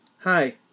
Hi